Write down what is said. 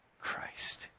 Christ